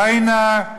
ביידיש,